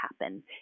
happen